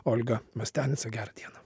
olga mastianica gerą dieną